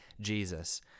Jesus